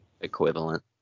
equivalent